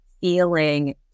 feeling